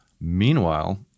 Meanwhile